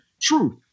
truth